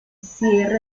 cierre